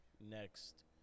next